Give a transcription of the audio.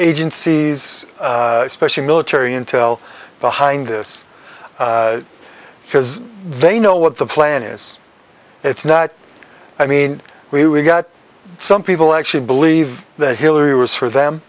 agencies specially military intel behind this because they know what the plan is it's not i mean we we got some people actually believe that hillary was for them